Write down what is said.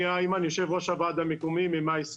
אני יושב-ראש הוועד המקומי של מייסר.